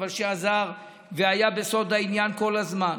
שעזר והיה בסוד העניין כל הזמן.